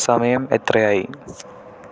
സമയം എത്ര ആയി